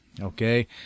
Okay